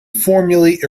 formulate